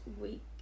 week